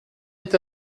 est